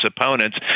opponents